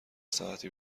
ساعتی